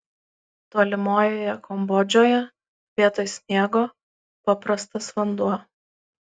tolimojoje kambodžoje vietoj sniego paprastas vanduo